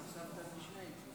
תנאם את מה שהבאת, מה